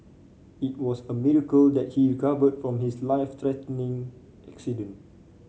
it was a miracle that he recovered from his life threatening accident